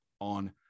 on